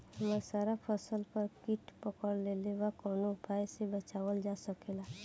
हमर सारा फसल पर कीट पकड़ लेले बा कवनो उपाय से बचावल जा सकेला?